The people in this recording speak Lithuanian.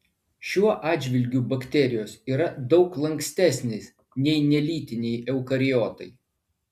šiuo atžvilgiu bakterijos yra daug lankstesnės nei nelytiniai eukariotai